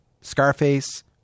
Scarface